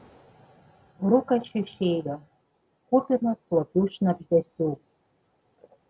rūkas šiušėjo kupinas slopių šnabždesių